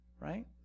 right